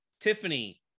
tiffany